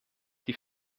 die